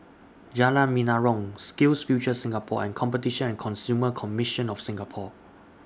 Jalan Menarong SkillsFuture Singapore and Competition and Consumer Commission of Singapore